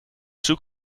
zoek